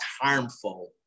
harmful